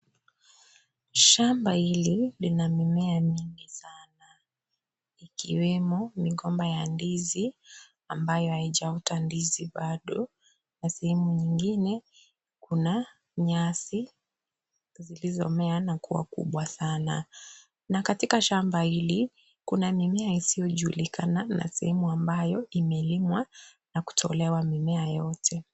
Shamba hili lina mimea mingi sana ikiwemo migomba ya ndizi ambayo haijaota ndizi bado na sehemu nyingine kuna nyasi zilizomea na kuwa kubwa sana na katika shamba hili kuna mimea isiyo julikana na sehemu ambayo imelimwa na kutolewa mimea yote.